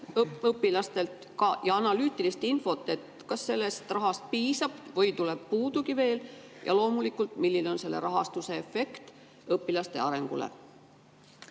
õpilastelt ja ka analüütilist infot, kas sellest rahast piisab või tuleb puudu, ja loomulikult, milline on selle rahastuse efekt õpilaste arengule?